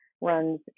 runs